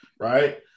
Right